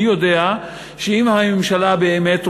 אני יודע שאם הממשלה באמת רוצה,